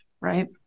right